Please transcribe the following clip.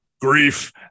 grief